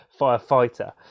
firefighter